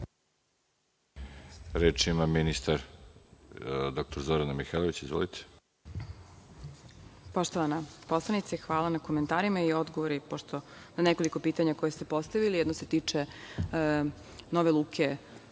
Reč ima ministar dr Zorana Mihajlović. Izvolite.